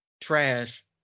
trash